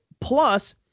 Plus